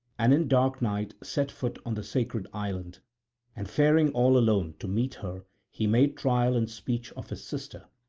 and in dark night set foot on the sacred island and faring all alone to meet her he made trial in speech of his sister,